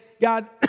God